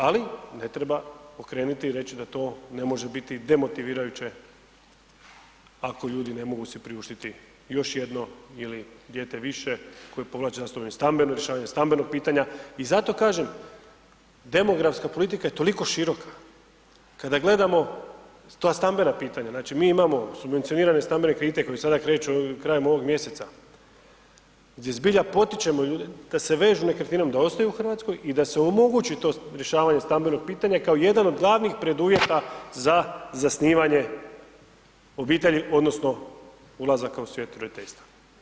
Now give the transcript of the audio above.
Ali, ne treba pokrenuti i reći da to ne može biti demotivirajuće, ako ljudi ne mogu si priuštiti još jedno ili dijete više, koje povlači za sobom i stambeno rješavanje stambenog pitanja i zato kažem, demografska politika je toliko široka, kada gledamo, ta stambena pitanja, znači mi imamo subvencionirane stambene kredite koji sada kreću krajem ovog mjeseca, gdje zbilja potičemo ljude da se vežu nekretninama, da ostaju u Hrvatskoj i da se omogući to rješavanje stambenog pitanja kao jedan od glavnih preduvjeta za zasnivanje obitelji, odnosno ulazaka u svijet roditeljstva.